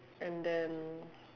and then